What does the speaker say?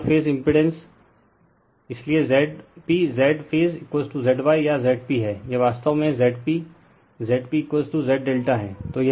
तो अब पर फेज इम्पिड़ेंस इसलिए ZpZ फेज Z y या Zp हैं यह वास्तव में Zp Zp ZΔ है